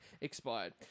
expired